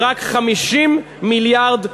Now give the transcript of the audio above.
"רק" 50 מיליארד דולר.